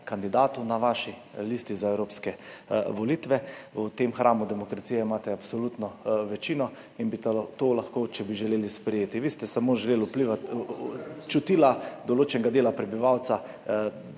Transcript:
na vaši listi za evropske volitve. V tem hramu demokracije imate absolutno večino in bi to lahko, če bi želeli, sprejeli. Vi ste samo želeli vplivati na čutila določenega dela prebivalstva,